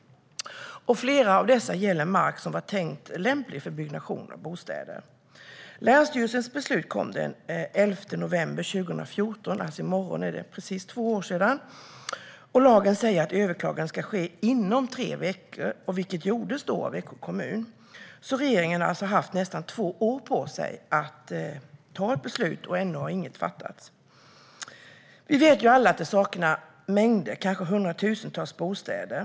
Flera av dessa överklaganden gäller mark som är lämplig för byggnation av bostäder. Länsstyrelsens beslut kom den 11 november 2014 - i morgon är det alltså precis två år sedan. Lagen säger att överklagande ska ske inom tre veckor, vilket gjordes av kommunen. Regeringen har alltså haft nästan två år på sig att ta ett beslut, men ännu har det inte fattats något. Vi vet ju alla att det saknas kanske hundratusentals bostäder.